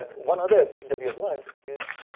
one other thing that we have learned is,